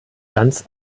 ganz